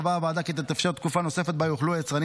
קבעה הוועדה כי תתאפשר תקופה נוספת שבה יוכלו יצרנים